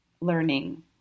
learning